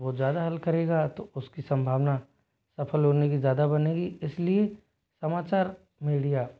वो ज़्यादा हल करेगा तो उसकी संभावना सफल होने की ज़्यादा बनेगी इसलिए समाचार मीडिया